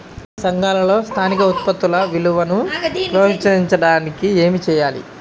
సంఘాలలో స్థానిక ఉత్పత్తుల విలువను ప్రోత్సహించడానికి ఏమి చేయాలి?